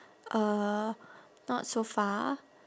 uh not so far